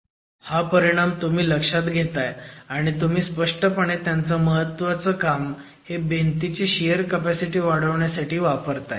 हा परिणाम तुम्ही लक्षात घेताय आणि तुम्ही स्पष्टपणे त्यांचं महत्वाचं काम हे भिंतीची शियर कपॅसिटी वाढवण्यासाठी वापरताय